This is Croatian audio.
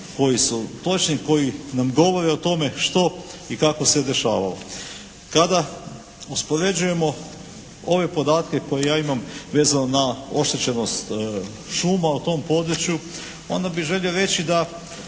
koji su točni i koji nam govore o tome što i kako se dešavalo. Kada uspoređujemo ove podatke koje ja imam vezano na oštećenost šuma u tom području, onda bih želio reći da